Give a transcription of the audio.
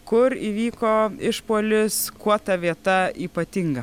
kur įvyko išpuolis kuo ta vieta ypatinga